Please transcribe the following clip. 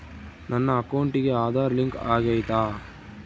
ನನ್ನ ಅಕೌಂಟಿಗೆ ಆಧಾರ್ ಲಿಂಕ್ ಆಗೈತಾ?